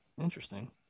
Interesting